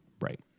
right